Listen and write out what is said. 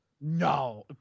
No